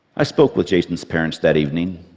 i spoke with jason's parents that evening,